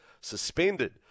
suspended